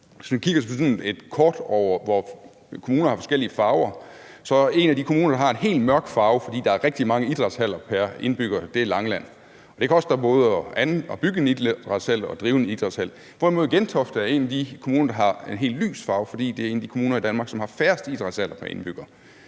Hvis man kigger på sådan et kort, hvor kommunerne har forskellige farver, så er Langeland en af de kommuner, som har en helt mørk farve, fordi der er rigtig mange idrætshaller pr. indbygger. Det koster både at bygge en idrætshal og drive en idrætshal. Derimod er Gentofte en af de kommuner, der har en helt lys farve, fordi det er en af de kommuner i Danmark, som har færrest idrætshaller pr. indbygger.